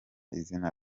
izina